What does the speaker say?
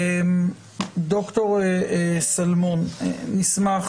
ד"ר שלמון, נשמח